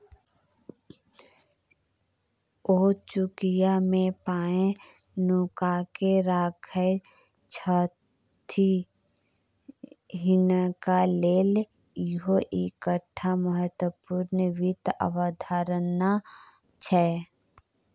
ओ चुकिया मे पाय नुकाकेँ राखय छथि हिनका लेल इहो एकटा महत्वपूर्ण वित्त अवधारणा छै